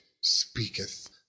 speaketh